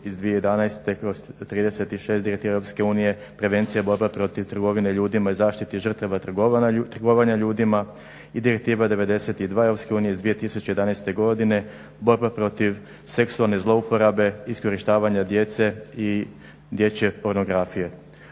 iz 2011./36 Direktiva EU prevencija borba protiv trgovine ljudima i zaštiti žrtava trgovanja ljudima i Direktiva 92 EU iz 2011.godine borba protiv seksualnih zlouporabe, iskorištavanja djece i dječje pornografije.